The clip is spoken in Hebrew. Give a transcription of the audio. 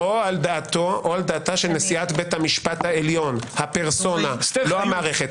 על דעתה של נשיאת בית המשפט העליון הפרסונה - לא המערכת?